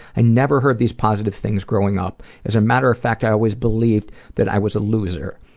i never heard these positive things growing up. as a matter of fact, i always believed that i was a loser.